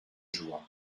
joie